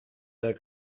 jak